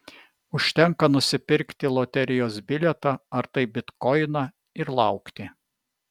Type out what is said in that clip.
užtenka nusipirkti loterijos bilietą ar tai bitkoiną ir laukti